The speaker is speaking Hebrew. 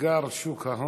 אתגר שוק ההון.